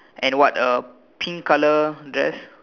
and what a pink colour dress